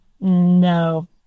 No